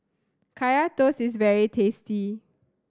Kaya Toast is very tasty